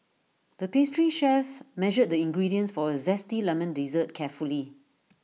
the pastry chef measured the ingredients for A Zesty Lemon Dessert carefully